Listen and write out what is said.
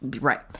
right